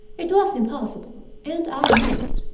it was impossible, and i knew it.